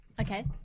Okay